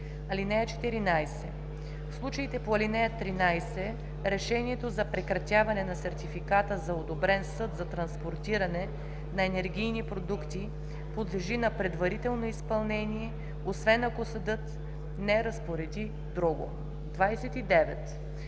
(14) В случаите по ал. 13 решението за прекратяване на сертификата за одобрен съд за транспортиране на енергийни продукти подлежи на предварително изпълнение, освен ако съдът не разпореди друго.“ 29.